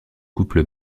couple